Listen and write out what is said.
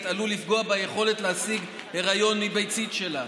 עלול לפגוע ביכולת להשיג היריון מביצית שלה,